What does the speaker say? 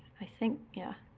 i think yeah.